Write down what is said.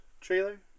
trailer